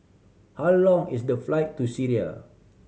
how long is the flight to Syria